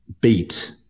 beat